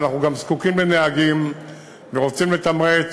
אבל אנחנו גם זקוקים לנהגים ורוצים לתמרץ,